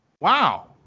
Wow